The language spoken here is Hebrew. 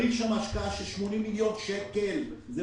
צריך שם השקעה של 80 מיליון שקלים אבל